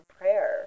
prayer